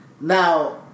Now